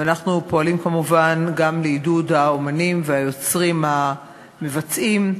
ואנחנו פועלים כמובן גם לעידוד האמנים והיוצרים המבצעים,